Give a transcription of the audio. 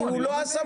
כי הוא לא הסמכות.